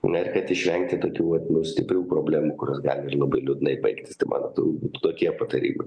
na ir kad išvengti tų tų vat nu stiprių problemų kurios gali labai liūdnai baigtis tai mano turbūt tokie patarimai